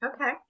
Okay